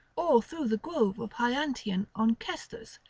or through the grove of hyantian onchestus,